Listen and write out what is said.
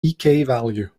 value